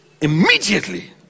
immediately